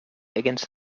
against